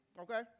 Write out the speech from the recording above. okay